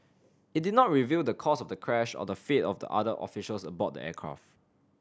it did not reveal the cause of the crash or the fate of the other officials aboard the aircraft